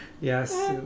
Yes